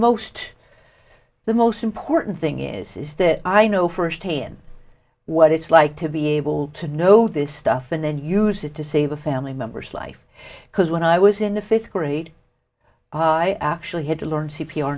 most the most important thing is is that i know firsthand what it's like to be able to know this stuff and then use it to save a family member's life because when i was in the fifth grade i actually had to learn c